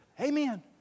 Amen